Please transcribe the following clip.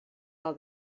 all